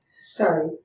Sorry